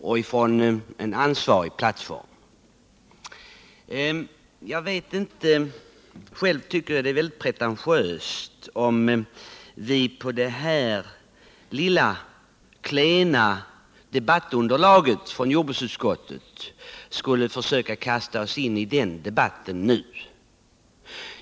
Själv tycker jag emellertid att det skulle vara pretentiöst att på detta lilla debattunderlag från jordbruksutskottet kasta oss in i den debatten nu.